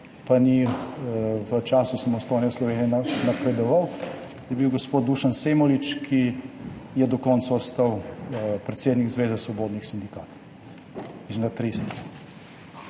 pa v času samostojne Slovenije ni napredoval, je bil gospod Dušan Semolič, ki je do konca ostal predsednik Zveze svobodnih sindikatov. Ta zamera,